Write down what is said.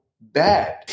bad